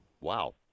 wow